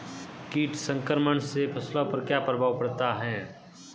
कीट संक्रमण से फसलों पर क्या प्रभाव पड़ता है?